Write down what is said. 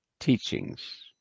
Teachings